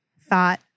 thought